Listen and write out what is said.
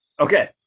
Okay